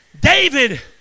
David